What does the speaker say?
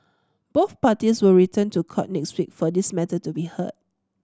both parties will return to court next week for this matter to be heard